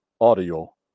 audio